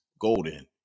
Golden